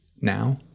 Now